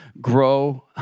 grow